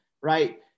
right